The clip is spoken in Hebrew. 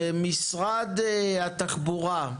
משרד התחבורה,